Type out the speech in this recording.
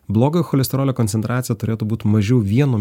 blogojo cholesterolio koncentracija turėtų būt mažiau vieno